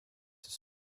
his